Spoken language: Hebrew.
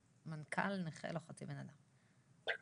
מנכ"ל נכה לא חצי בן אדם, בבקשה.